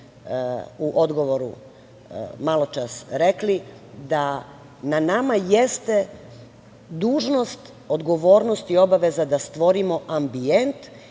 u odgovoru maločas rekli, da na nama jeste dužnost, odgovornost i obaveza da stvorimo ambijent